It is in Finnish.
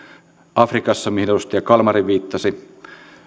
afrikassa mihin edustaja kalmari viittasi